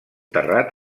terrat